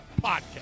Podcast